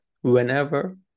whenever